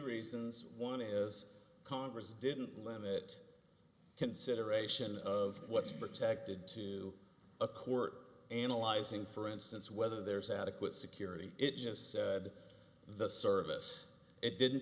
reasons one is congress didn't limit consideration of what's protected to a court analyzing for instance whether there's adequate security it just the service it didn't